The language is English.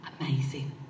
amazing